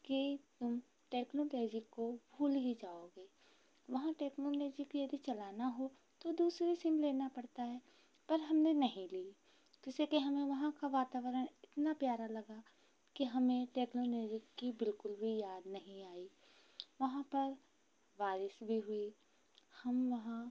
कि टेक्नोलॉजिक को भूल ही जाओगे वहाँ टेक्नोलॉजिक यदि चलाना हो तो दूसरी सिम लेना पड़ता है पर हमने नहीं लिए जैसे कि हमें वहाँ का वातावरण इतना प्यारा लगा कि हमें टेक्नोलॉजिक की बिलकुल भी याद नहीं आई वहाँ पर बारिश भी हुई हम वहाँ